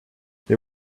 they